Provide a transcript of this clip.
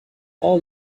all